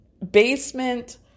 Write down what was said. Basement